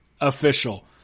official